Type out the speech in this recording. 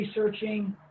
researching